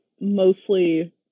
mostly